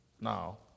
Now